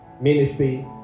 ministry